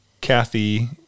Kathy